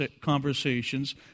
conversations